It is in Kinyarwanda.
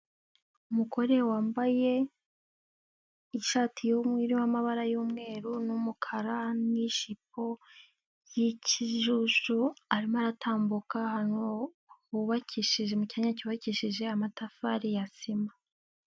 Umugore wambaye ishati y'umwe, irimo amabara y'umweru n'umukara n'ijipo y'ikijuju, arimo aratambuka ahantu hubakishije mu cyanya cyubakishije amatafari ya sima.